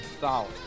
solid